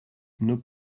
nos